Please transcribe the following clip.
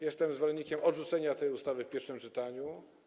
Jestem zwolennikiem odrzucenia tej ustawy w pierwszym czytaniu.